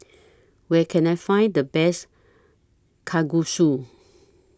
Where Can I Find The Best Kalguksu